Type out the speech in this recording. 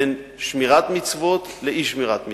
בין שמירת מצוות לאי-שמירת מצוות.